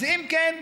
אז אם כן,